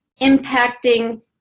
impacting